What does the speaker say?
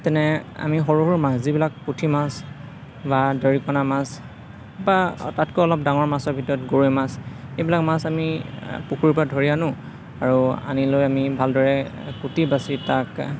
তেনে আমি সৰু সৰু মাছ যিবিলাক পুঠি মাছ বা দৰিকণা মাছ বা তাতকৈ অলপ ডাঙৰ মাছৰ ভিতৰত গৰৈ মাছ এইবিলাক মাছ আমি পুখুৰীৰ পৰা ধৰি আনো আৰু আনি লৈ আমি ভালদৰে কুটি বাছি তাক